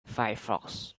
firefox